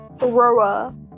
Aurora